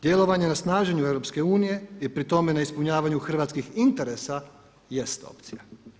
Djelovanje na snaženju EU i pri tome ne ispunjavanju hrvatskih interesa jest opcija.